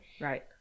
Right